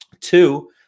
Two